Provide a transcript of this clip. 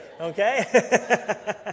Okay